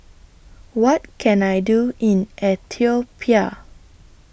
What Can I Do in Ethiopia